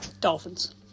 Dolphins